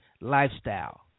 lifestyle